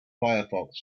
firefox